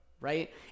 right